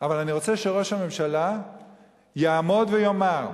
אבל אני רוצה שראש הממשלה יעמוד ויאמר: